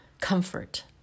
comfort